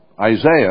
Isaiah